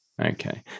Okay